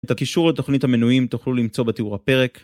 את הקישור לתוכנית המנויים תוכלו למצוא בתיאור הפרק.